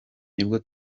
nibwo